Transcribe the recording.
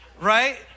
right